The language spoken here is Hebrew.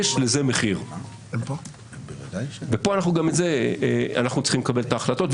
יש לזה מחיר ופה אנחנו צריכים לקבל את ההחלטות,